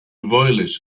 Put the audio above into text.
royalist